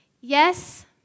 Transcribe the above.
Yes